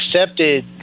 accepted